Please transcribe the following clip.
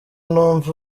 numve